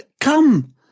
Come